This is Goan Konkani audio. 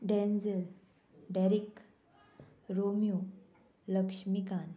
Denzil Derrick Romeo Laxmikant